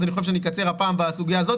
אני חושב שאני אקצר הפעם בסוגיה הזאת,